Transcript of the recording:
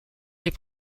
les